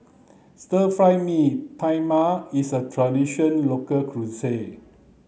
Stir Fry Mee Tai Mak is a traditional local cuisine